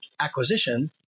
acquisition